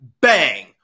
Bang